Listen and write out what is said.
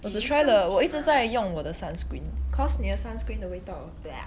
我直 try 了我一直在用我的 sunscreen because 你的 sunscreen 的味道